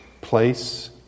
place